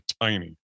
tiny